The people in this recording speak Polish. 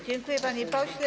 Dziękuję, panie pośle.